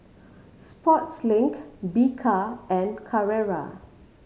Sportslink Bika and Carrera